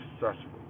successful